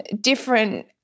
different